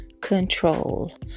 control